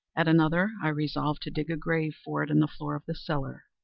at another, i resolved to dig a grave for it in the floor of the cellar.